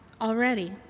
already